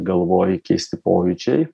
galvoj keisti pojūčiai